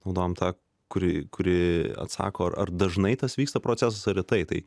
naudojam tą kurį kurį atsako ar dažnai tas vyksta procesas ar retai